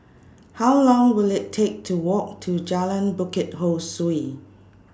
How Long Will IT Take to Walk to Jalan Bukit Ho Swee